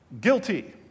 Guilty